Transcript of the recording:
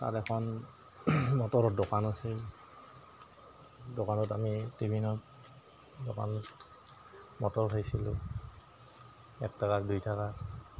তাত এখন মটৰৰ দোকান আছিল দোকানত আমি টিফিনত দোকান মটৰ খাইছিলোঁ এক টকা দুই টকা